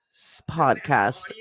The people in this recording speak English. podcast